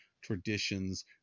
traditions